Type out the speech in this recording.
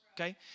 Okay